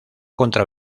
contra